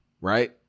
right